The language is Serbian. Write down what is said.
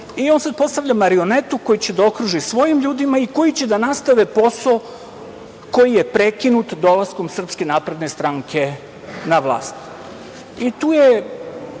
i on sada postavlja marionetu koju će da okruži svojim ljudima i koji će da nastave posao koji je prekinut dolaskom Srpske napredne stranke na vlast. Tu je